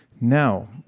Now